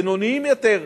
בינוניים יותר,